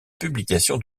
publication